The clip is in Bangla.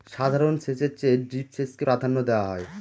সাধারণ সেচের চেয়ে ড্রিপ সেচকে প্রাধান্য দেওয়া হয়